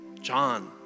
John